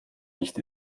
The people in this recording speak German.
nicht